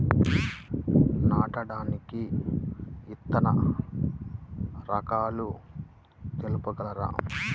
నాటడానికి విత్తన రకాలు తెలుపగలరు?